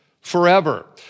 forever